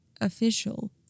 official